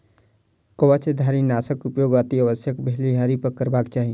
कवचधारीनाशक उपयोग अतिआवश्यक भेलहिपर करबाक चाहि